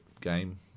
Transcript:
game